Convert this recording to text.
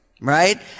right